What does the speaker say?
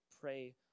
pray